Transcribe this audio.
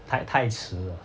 太太迟了